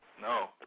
No